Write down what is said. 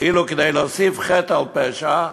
כאילו כדי להוסיף חטא על פשע,